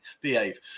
behave